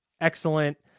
excellent